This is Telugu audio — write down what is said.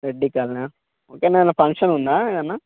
రెడ్డి కాలనా అక్కడనేమన్నా ఫంక్షన్ ఉందా ఏమన్నా